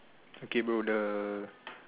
okay bro the